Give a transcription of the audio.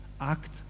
act